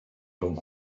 rhwng